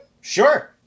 Sure